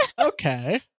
Okay